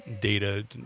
data